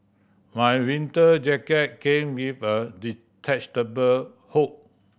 my winter jacket came with a detachable hood